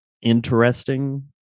interesting